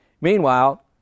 Meanwhile